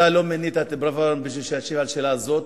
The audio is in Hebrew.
ואתה לא מינית את ברוורמן בשביל השאלה הזאת,